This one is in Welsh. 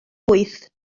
wyth